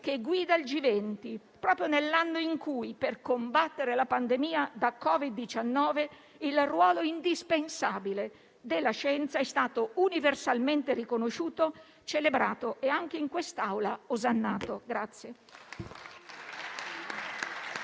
che guida il G20, proprio nell'anno in cui per combattere la pandemia da Covid-19 il ruolo indispensabile della scienza è stato universalmente riconosciuto, celebrato e, anche in quest'Aula, osannato.